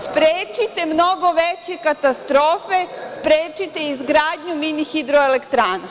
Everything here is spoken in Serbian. Sprečite mnogo veće katastrofe, sprečite izgradnju mini hidroelektrana.